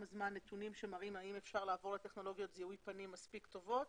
מה נתונים שמראים האם אפשר לעבור לטכנולוגיות זיהוי פנים מספיק טובות